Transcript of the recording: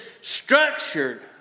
structured